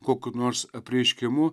kokiu nors apreiškimu